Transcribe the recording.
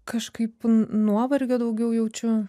kažkaip nuovargio daugiau jaučiu